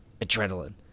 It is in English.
Adrenaline